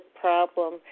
problem